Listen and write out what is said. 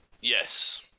Yes